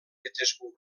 petersburg